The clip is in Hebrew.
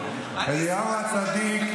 הם מוציאים את דיבת הארץ לכל העולם כולו,